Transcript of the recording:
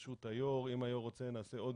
ברשות היו"ר אם היו"ר רוצה נקיים עוד